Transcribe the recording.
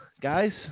guys